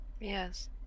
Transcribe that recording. Yes